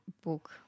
book